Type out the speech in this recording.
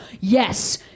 yes